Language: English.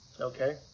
Okay